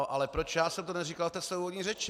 Ale proč jsem to neříkal ve své úvodní řeči?